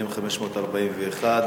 מ/541,